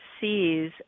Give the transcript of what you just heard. sees